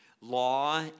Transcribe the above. law